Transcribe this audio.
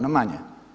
Na manje.